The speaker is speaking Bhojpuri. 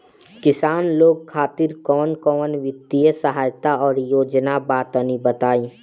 किसान लोग खातिर कवन कवन वित्तीय सहायता और योजना बा तनि बताई?